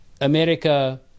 America